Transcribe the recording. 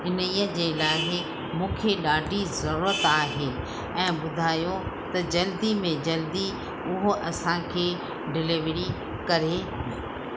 इन्हीअ ई जे लाइ मूंखे ॾाढी ज़रूरत आहे ऐं ॿुधायो त जल्दी में जल्दी उहो असांखे डिलीवरी करे ॾे